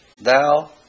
Thou